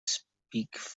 speak